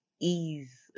Ease